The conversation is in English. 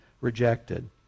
rejected